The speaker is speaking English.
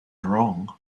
wrong